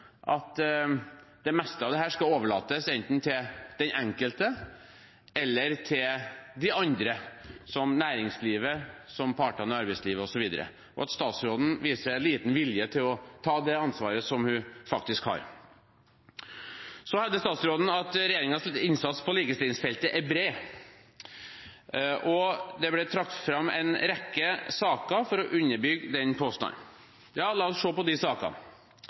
at det meste av dette skal overlates enten til den enkelte, eller til de andre, som næringslivet, som partene i arbeidslivet osv. – statsråden viser liten vilje til å ta det ansvaret som hun faktisk har. Statsråden hevder at regjeringens innsats på likestillingsfeltet er bred, og det ble trukket fram en rekke saker for å underbygge den påstanden. La oss se på de sakene.